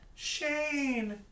shane